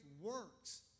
works